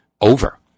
over